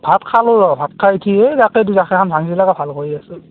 ভাত খালো ৰহ ভাত খাই উঠি এই জাকেইটো জাখেখান ভাঙি ফেলে আৰু ভাল কৰি আছোঁ